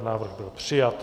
Návrh byl přijat.